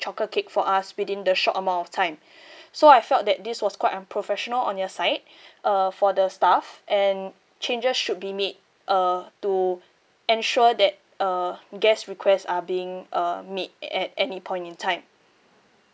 chocolate cake for us within the short amount of time so I felt that this was quite unprofessional on your side uh for the staff and changes should be made uh to ensure that uh guest requests are being uh meet at any point in time